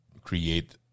create